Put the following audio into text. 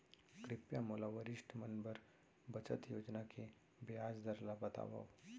कृपया मोला वरिष्ठ मन बर बचत योजना के ब्याज दर ला बतावव